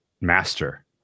master